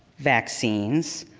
vaccines,